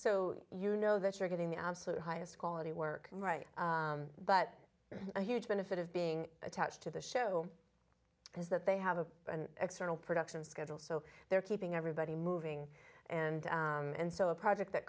so you know that you're getting the absolute highest quality work right but a huge benefit of being attached to the show is that they have an external production schedule so they're keeping everybody moving and and so a project that